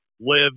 live